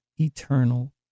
eternal